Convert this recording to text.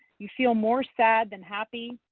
you feel more sad than happy.